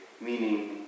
meaning